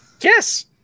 Yes